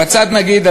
בצד נגיד,